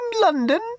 London